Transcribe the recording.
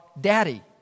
Daddy